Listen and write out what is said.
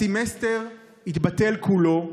הסמסטר יתבטל כולו,